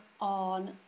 on